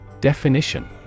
Definition